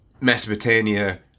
Mesopotamia